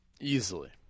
easily